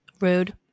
Rude